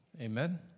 Amen